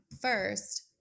First